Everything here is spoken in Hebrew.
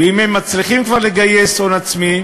ואם הם מצליחים כבר לגייס הון עצמי,